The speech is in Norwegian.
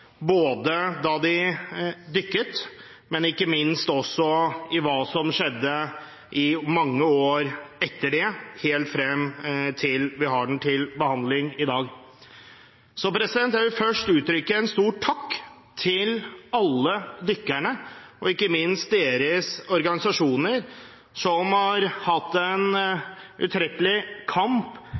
både da de dykket, og ikke minst med tanke på det som skjedde i mange år etter det – helt frem til behandlingen i dag. Jeg vil først uttrykke en stor takk til alle dykkerne og, ikke minst, til deres organisasjoner, som har ført en utrettelig kamp